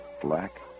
black